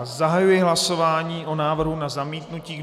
Zahajuji hlasování o návrhu na zamítnutí.